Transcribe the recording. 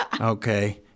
Okay